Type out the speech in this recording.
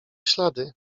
ślady